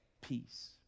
peace